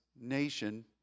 nation